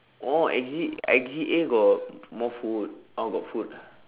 oh exit exit A got more food oh got food ah